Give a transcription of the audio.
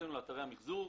שזה אתרי המחזור.